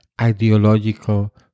ideological